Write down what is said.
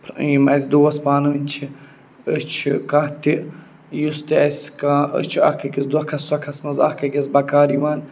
یِم اَسہِ دوس پانہٕ ؤنۍ چھِ أسۍ چھِ کانٛہہ تہِ یُس تہِ اَسہِ کانٛہہ أسۍ چھِ اَکھ أکِس دۄکھَس سۄکھَس منٛز اَکھ أکِس بَکار یِوان